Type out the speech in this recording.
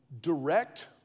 direct